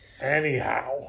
Anyhow